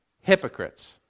hypocrites